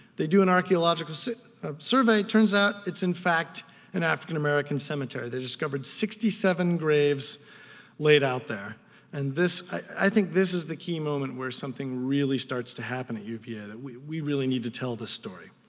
they do an archeological survey, it turns out it's in fact an african american cemetery. they discovered sixty seven graves laid out there and i think this is the key moment where something really starts to happen at uva, that we we really need to tell this story.